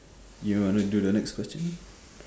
you want to do the next question